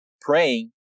praying